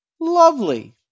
Lovely